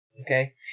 okay